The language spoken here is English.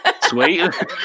Sweet